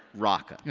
rocca.